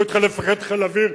לא התחלף מפקד חיל האוויר,